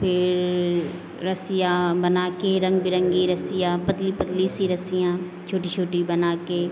फिर रस्सियाँ बना के रंग बिरंगी रस्सियाँ पतली पतली सी रस्सियाँ छोटी छोटी बना के